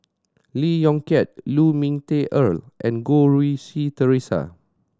Lee Yong Kiat Lu Ming Teh Earl and Goh Rui Si Theresa